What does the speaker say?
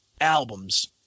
albums